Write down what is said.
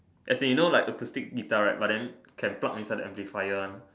as in you know like acoustic guitar right but then can plug inside the amplifier one